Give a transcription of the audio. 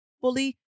fully